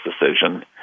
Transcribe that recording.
decision